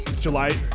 July